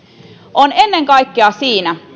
on ennen kaikkea siinä